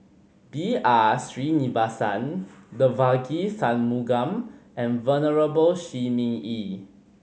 B R Sreenivasan Devagi Sanmugam and Venerable Shi Ming Yi